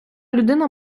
людина